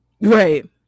right